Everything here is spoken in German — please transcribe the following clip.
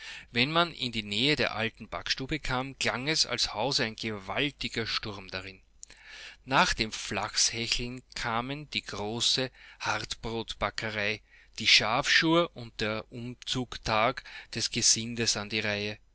wenn man in die nähe der alten backstube kam klang es als hause ein gewaltigersturmdadrinnen nach dem flachshecheln kamen die große hartbrotbackerei die schafschur und der umzugtag des gesindes an die reihe